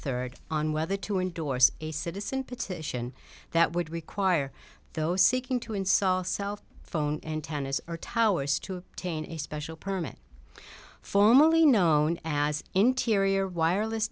third on whether to endorse a citizen petition that would require those seeking to install self phone antennas or towers to obtain a special permit formerly known as interior wireless